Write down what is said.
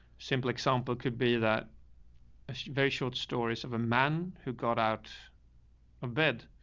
simple example could be that ah very short stories of a man who got out of bed,